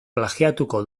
plagiatuko